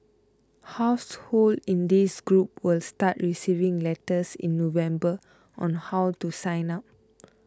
households in this group will start receiving letters in November on how to sign up